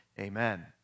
amen